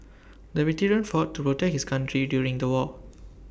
the veteran fought to protect his country during the war